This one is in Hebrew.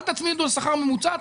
אל תצמידו לשכר הממוצע,